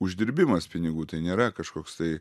uždirbimas pinigų tai nėra kažkoks tai